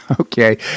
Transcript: okay